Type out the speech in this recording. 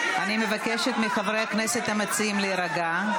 אני מבקשת מחברי הכנסת המציעים להירגע.